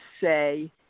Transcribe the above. say